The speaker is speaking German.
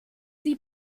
sie